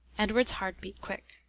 edward's heart beat quick.